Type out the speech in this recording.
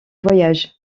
voyage